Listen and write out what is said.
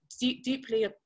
deeply